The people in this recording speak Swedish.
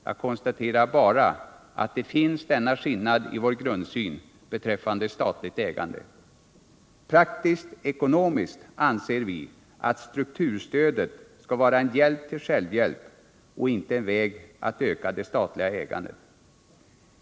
Jag konstaterar bara att vi har en skillnad i vår grundsyn beträffande statligt ägande. Vi anser att strukturstödet praktiskt-ekonomiskt skall vara en hjälp till självhjälp och inte en väg att öka det statliga ägandet.